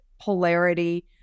polarity